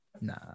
Nah